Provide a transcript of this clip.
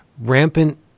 rampant